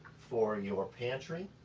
for your pantry.